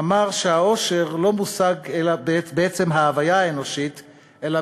אמר שהאושר לא מושג בעצם ההוויה האנושית אלא